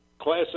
class